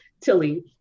Tilly